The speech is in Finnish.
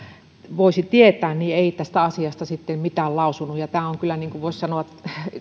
voisi tietää ei tästä asiasta sitten mitään lausunut tämä on kyllä voisi sanoa